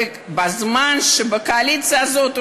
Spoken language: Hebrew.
ובזמן שבקואליציה הזאת,